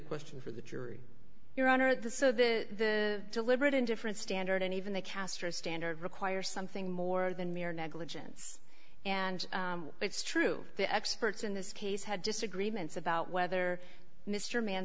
question for the jury your honor at the so that the deliberate indifference standard and even the castro standard requires something more than mere negligence and it's true the experts in this case had disagreements about whether mr mann